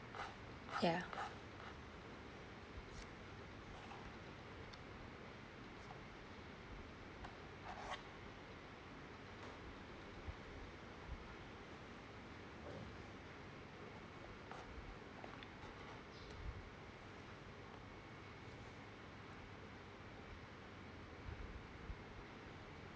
ya